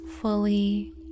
fully